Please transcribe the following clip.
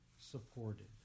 supported